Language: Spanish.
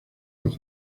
los